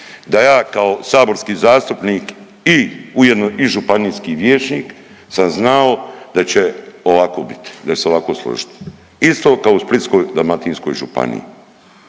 da ja kao saborski zastupnik i ujedno i županijski vijećnik sam znao da će ovako bit da će se ovako složit, isto kao i u Splitsko-dalmatinskoj županiji.